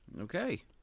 okay